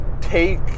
Take